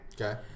Okay